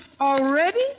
Already